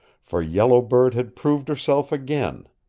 for yellow bird had proved herself again.